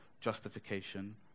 justification